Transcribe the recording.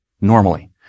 normally